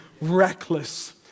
reckless